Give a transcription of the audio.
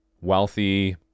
wealthy